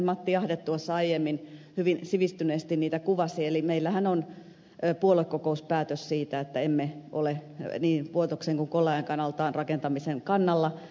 matti ahde tuossa aiemmin hyvin sivistyneesti niitä kuvasi eli meillähän on puoluekokouspäätös siitä että emme ole vuotoksen emmekä kollajankaan altaan rakentamisen kannalla